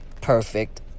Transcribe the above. perfect